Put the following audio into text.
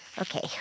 Okay